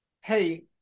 hey